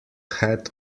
head